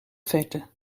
verte